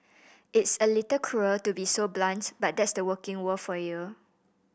it's a little cruel to be so blunt but that's the working world for you